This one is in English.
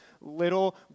little